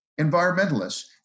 Environmentalists